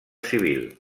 civil